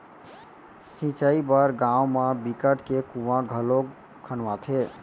सिंचई बर गाँव म बिकट के कुँआ घलोक खनवाथे